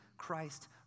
Christ